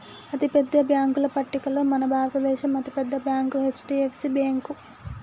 అతిపెద్ద బ్యేంకుల పట్టికలో మన భారతదేశంలో అతి పెద్ద బ్యాంక్ హెచ్.డి.ఎఫ్.సి బ్యేంకు